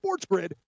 SportsGrid